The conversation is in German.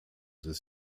des